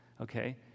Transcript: okay